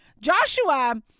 Joshua